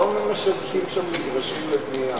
היום משווקים שם מגרשים לבנייה,